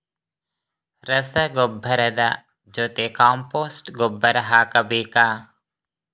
ರಸಗೊಬ್ಬರದ ಜೊತೆ ಕಾಂಪೋಸ್ಟ್ ಗೊಬ್ಬರ ಹಾಕಬೇಕಾ?